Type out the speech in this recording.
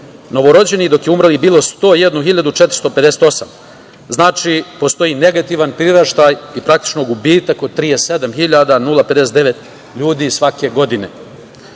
novorođenih, dok je umrlih bilo 101.458. Znači, postoji negativan priraštaj i praktično gubitak od 37.059 ljudi svake godine.U